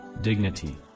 dignity